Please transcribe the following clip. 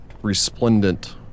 resplendent